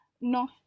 No